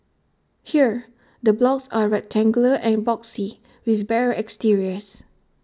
here the blocks are rectangular and boxy with bare exteriors